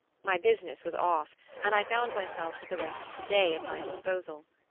my business was off and i found myself with the rest of the day at my disposal.